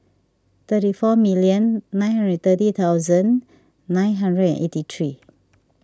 thirty four million nine hundred and thirty thousand nine hundred and eighty three